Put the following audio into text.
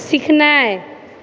सीखनाइ